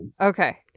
Okay